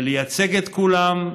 ולייצג את כולם,